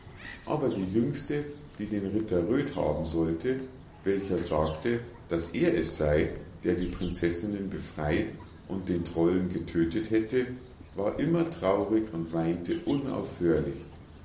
aber die jüngste die den ritter röd haben sollte welcher sagte daß er es sei der die prinzessinnen befrei't und den trollen getödtet hätte war immer traurig und weinte unaufhörlich